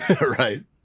Right